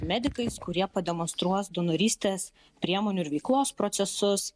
medikais kurie pademonstruos donorystės priemonių ir veiklos procesus